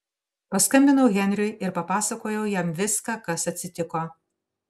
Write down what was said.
paskambinau henriui ir papasakojau jam viską kas atsitiko